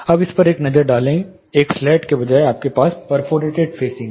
अब इस पर एक नज़र डालें एक स्लेट के बजाय आपके पास परफोरेटेड फेसिंग है